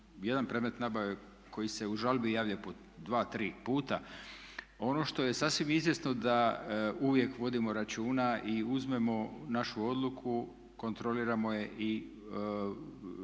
jedan predmet nabave koji se u žalbi javlja po dva tri puta. Ono što je sasvim izvjesno da uvijek vodimo računa i uzmemo našu odluku, kontroliramo je i